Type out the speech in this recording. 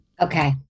okay